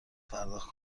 پرداخت